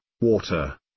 water